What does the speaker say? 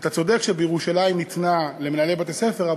אתה צודק שבירושלים ניתנה השאלה בידי מנהלי בתי-הספר,